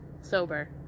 Sober